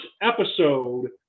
episode